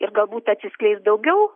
ir galbūt atsiskleis daugiau